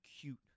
cute